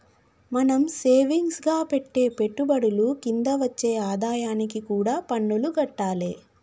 మనం సేవింగ్స్ గా పెట్టే పెట్టుబడుల కింద వచ్చే ఆదాయానికి కూడా పన్నులు గట్టాలే